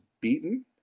beaten